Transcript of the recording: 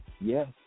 yes